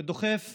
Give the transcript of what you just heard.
שדוחף